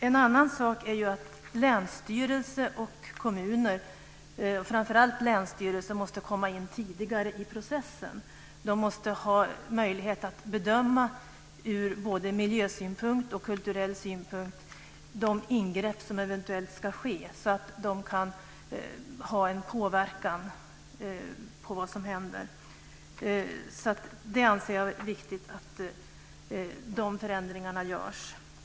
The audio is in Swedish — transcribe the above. En annan sak är ju att länsstyrelser och kommuner, framför allt länsstyrelser, måste komma in tidigare i processen. De måste ha möjlighet att bedöma, både ur miljösynpunkt och ur kulturell synpunkt, de ingrepp som eventuellt ska ske så att de kan ha en påverkan på vad som händer. Jag anser att det är viktigt att de förändringarna görs.